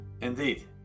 Indeed